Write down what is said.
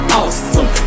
awesome